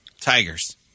Tigers